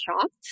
shocked